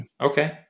Okay